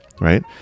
right